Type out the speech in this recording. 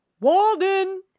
Walden